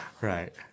Right